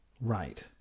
Right